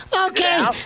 Okay